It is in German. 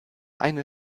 eine